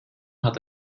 hat